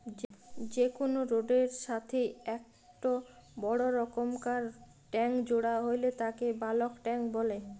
যে কোনো রোডের এর সাথেই একটো বড় রকমকার ট্যাংক জোড়া হইলে তাকে বালক ট্যাঁক বলে